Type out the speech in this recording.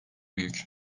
büyük